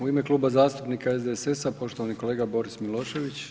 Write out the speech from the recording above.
U ime Kluba zastupnika SDSS-a poštovani kolega Boris Milošević.